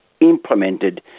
implemented